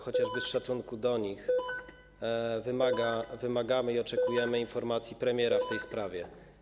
Chociażby z szacunku do nich wymagamy i oczekujemy informacji premiera w tej sprawie.